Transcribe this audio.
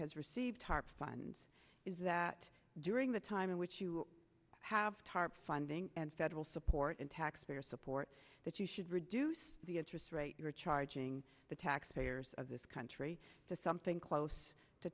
has received tarp funds is that during the time in which you have tarp funding and federal support and taxpayer support that you should reduce the interest rate you're charging the taxpayers of this country to something close to